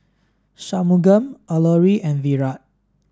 Shunmugam Alluri and Virat